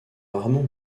rarement